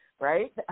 right